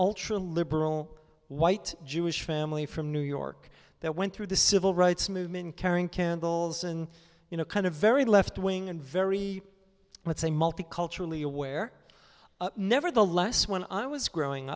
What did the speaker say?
ultra liberal white jewish family from new york that went through the civil rights movement carrying candles and you know kind of a very left wing and very let's say multi culturally aware nevertheless when i was growing